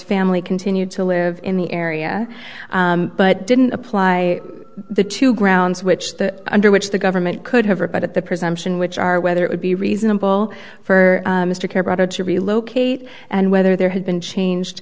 family continued to live in the area but didn't apply the two grounds which the under which the government could have are but at the presumption which are whether it would be reasonable for mr carr brother to relocate and whether there had been changed